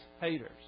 haters